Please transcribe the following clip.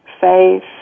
faith